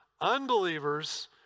unbelievers